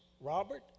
Robert